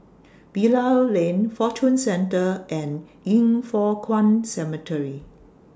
Bilal Lane Fortune Centre and Yin Foh Kuan Cemetery